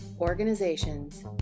organizations